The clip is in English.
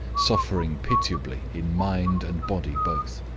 suffering pitiably in mind and body both.